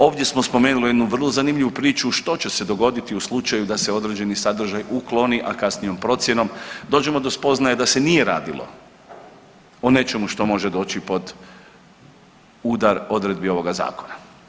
Ovdje smo spomenuli jednu vrlo zanimljivu priču što će se dogoditi u slučaju da se određeni sadržaj ukloni, a kasnijom procjenom dođemo do spoznaje da se nije radilo o nečemu što može doći pod udar odredbi ovoga Zakona.